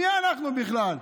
מי אנחנו בכלל?